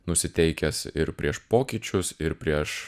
nusiteikęs ir prieš pokyčius ir prieš